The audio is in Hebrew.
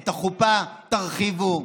את החופה תרחיבו,